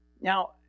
Now